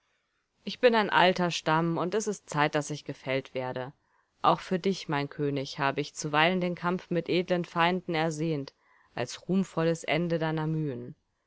ich bin ein alter stamm und es ist zeit daß ich gefällt werde auch für dich mein könig habe ich zuweilen den kampf mit edlen feinden ersehnt als ruhmvolles ende deiner mühen